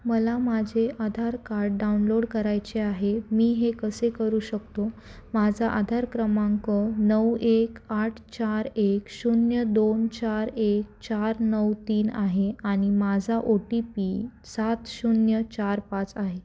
मला माझे Aadhaar card download करायचे आहे मी हे कसे करू शकतो माझा आधार क्रमांक नऊ एक आठ चार एक शून्य दोन चार एक चार नऊ तीन आहे आनि माझा ओ टी पी सात शून्य चार पाच आहे